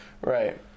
right